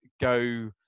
go